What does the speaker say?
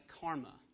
karma